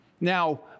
Now